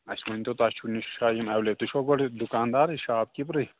اَسہِ ؤنۍتو تۅہہِ چھُ نِش شالیٖن ایٚویلیبُل تُہۍ چھُوا گۄڈٕ دُکانٛدارٕے شاپ کیٖپرٕے